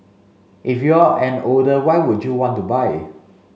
if you're an older why would you want to buy